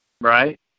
right